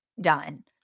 done